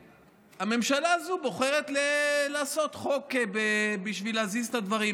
והממשלה הזו בוחרת לעשות חוק בשביל להזיז את הדברים.